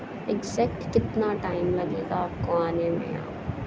exact کتنا time لگے گا آپ کو آنے میں یہاں